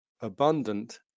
abundant